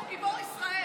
עומד פה גיבור ישראל.